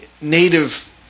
Native